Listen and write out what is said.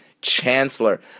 Chancellor